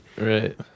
Right